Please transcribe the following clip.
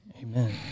Amen